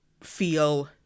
feel